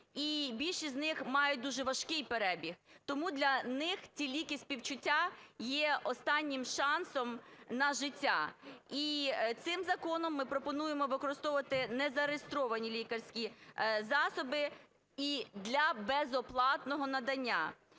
і більшість з них мають дуже важкий перебіг. Тому для них ті ліки співчуття є останнім шансом на життя. І цим законом ми пропонуємо використовувати незареєстровані лікарські засоби і для безоплатного надання.